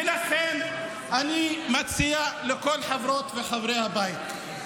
ולכן אני מציע לכל חברות וחברי הבית,